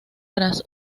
tras